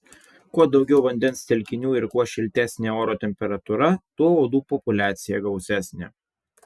kuo daugiau vandens telkinių ir kuo šiltesnė oro temperatūra tuo uodų populiacija gausesnė